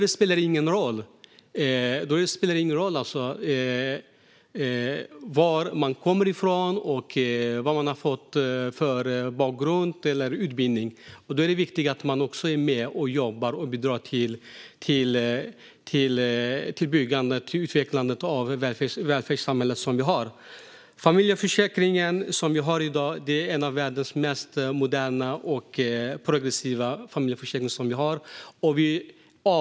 Det spelar ingen roll var man kommer ifrån, vad man har för bakgrund eller utbildning. Det är viktigt att man är med och jobbar och bidrar till att utveckla det välfärdssamhälle som vi har. Den familjeförsäkring som vi har i dag är en av världens mest moderna och progressiva.